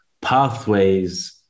pathways